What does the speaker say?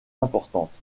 importante